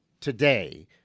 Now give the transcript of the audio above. today